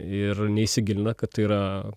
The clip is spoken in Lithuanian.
ir neįsigilina kad tai yra